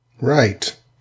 Right